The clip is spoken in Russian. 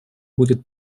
будет